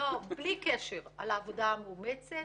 בלי קשר, על העבודה המאומצת.